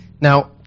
now